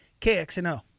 KXNO